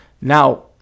Now